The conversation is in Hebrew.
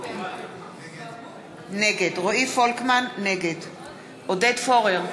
נגד עודד פורר,